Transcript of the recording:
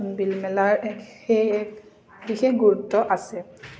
জোনবিল মেলাৰ এক সেই এক বিশেষ গুৰুত্ব আছে